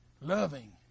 loving